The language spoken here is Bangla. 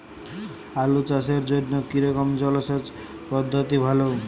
আলু চাষের জন্য কী রকম জলসেচ পদ্ধতি ভালো?